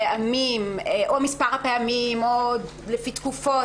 את הנושא של הגבלת מספר הפעמים או לפי תקופות,